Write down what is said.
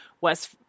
West